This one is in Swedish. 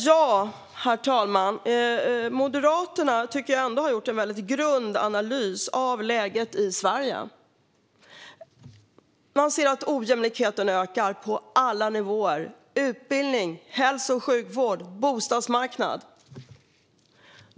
Herr talman! Moderaterna har, tycker jag ändå, gjort en väldigt grund analys av läget i Sverige. Man ser att ojämlikheten ökar på alla nivåer: utbildning, hälso och sjukvård, bostadsmarknad.